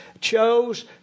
chose